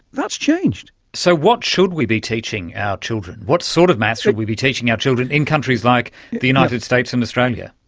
changed. so what should we be teaching our children? what sort of maths should we be teaching our children in countries like the united states and australia?